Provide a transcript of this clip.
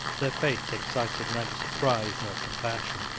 their fate excited neither surprise nor compassion.